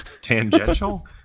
Tangential